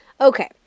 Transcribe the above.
Okay